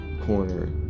corner